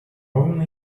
only